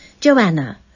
Joanna